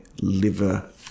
liver